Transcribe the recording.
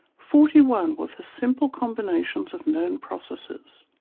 forty one were for simple combinations of known processes.